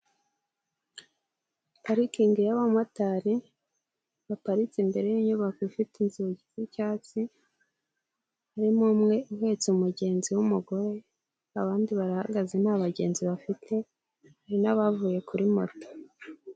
Parikingi y'abamotari baparitse imbere y'inyubako ifite inzugi z'icyatsi, harimo umwe uhetse umugenzi w'umugore abandi barahagaze nta bagenzi bafite, hari n'abavuye kuri moto.